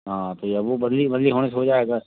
हाँ तो यह है वह बदली वली होने से हो जाएगा